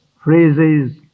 phrases